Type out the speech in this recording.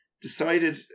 decided